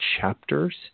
chapters